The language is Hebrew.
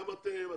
גם אתם,